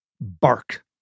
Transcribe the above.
Bark